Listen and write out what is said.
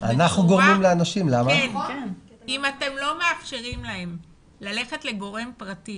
אם אתם לא מאפשרים להם ללכת לגורם פרטי